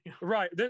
Right